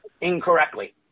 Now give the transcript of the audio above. incorrectly